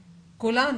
כולנו,